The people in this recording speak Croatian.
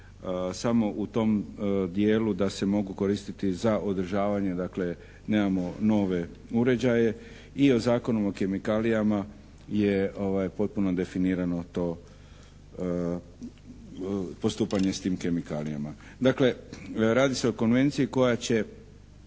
samo u tom dijelu da se mogu koristiti za održavanje, dakle nemamo nove uređaje. I o Zakonu o kemikalijama je potpuno definirano to postupanje s tim kemikalijama. Dakle, radi se o Konvenciji koja će